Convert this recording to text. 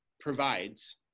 provides